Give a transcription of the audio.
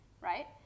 right